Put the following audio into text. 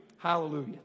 Hallelujah